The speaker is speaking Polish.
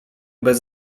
bez